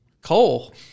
Cole